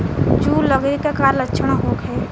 जूं लगे के का लक्षण का होखे?